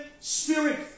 spirit